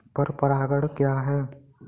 पर परागण क्या है?